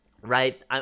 right